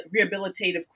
rehabilitative